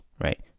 Right